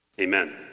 Amen